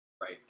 Right